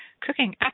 cooking